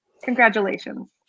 Congratulations